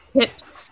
tips